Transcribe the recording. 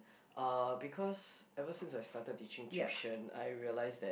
uh because ever since I started teaching tuition I realize that